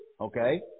Okay